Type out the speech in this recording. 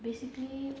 basically